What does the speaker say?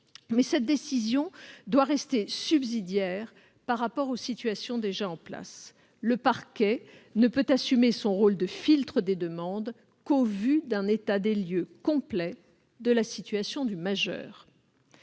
mais cette décision doit rester subsidiaire par rapport aux situations déjà en place. Le parquet ne peut assumer son rôle de filtre des demandes qu'au vu d'un état des lieux complet de la situation du majeur.